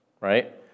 right